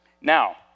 Now